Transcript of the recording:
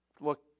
look